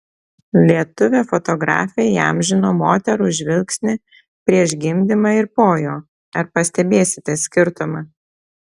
lietuvė fotografė įamžino moterų žvilgsnį prieš gimdymą ir po jo ar pastebėsite skirtumą